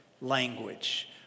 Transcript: language